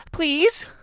please